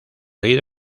herido